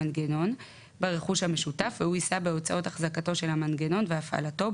המנגנון) ברכוש המשותף והוא יישא בהוצאות החזקתו של המנגנון והפעלתו,